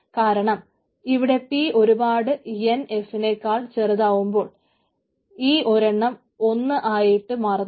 കാരണം ഇവിടെ പി ഒരുപാട് എൻ എഫിനെക്കാൾ ചെറുതാവുമ്പോൾ ഈ ഒരെണ്ണം ഒന്ന് ആയിട്ടു മാറുന്നു